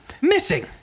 missing